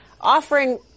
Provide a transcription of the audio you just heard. offering